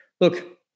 look